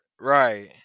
Right